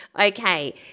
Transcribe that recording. Okay